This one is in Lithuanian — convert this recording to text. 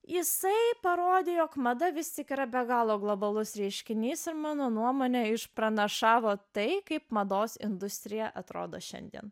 jisai parodė jog mada visi yra be galo globalus reiškinys ir mano nuomone išpranašavo tai kaip mados industrija atrodo šiandien